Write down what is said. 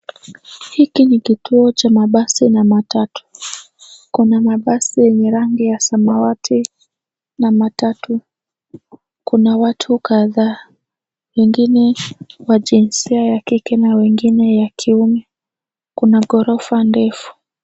Hiki ni kituo cha mabasi na matatu. Kuna mabasi yenye rangi ya samawati na matatu. Kuna watu kadhaa wengine wa jinsi ya kike na wengine wa kiume. Kuna ghorofa ndefu.